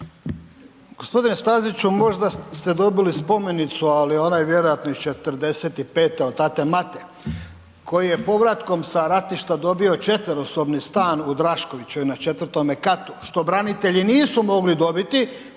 Gospodine Staziću možda ste dobili spomenicu ali ona je vjerojatno iz '45. od .../Govornik se ne razumije./... koji je povratkom sa ratišta dobio 4.-sobni stan u Draškovićevoj na 4. katu što branitelji nisu mogli dobiti